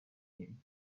him